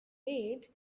made